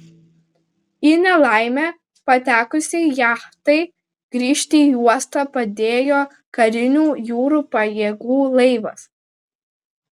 į nelaimę patekusiai jachtai grįžti į uostą padėjo karinių jūrų pajėgų laivas